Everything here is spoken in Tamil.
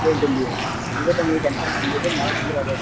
சரி தம்பி இருபத்தஞ்சாந்தேதி கன்ஃபார்மாக வந்துரு மறந்துறாத